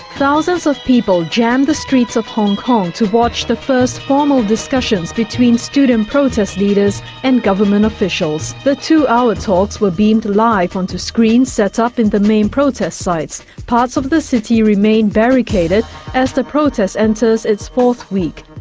thousands of people jammed the streets of hong kong to watch the first formal discussions between student protest leaders and government officials. the two-hour talks were beamed live onto screens set up in the main protest sites. parts of the city remain barricaded as the protest enters its fourth week.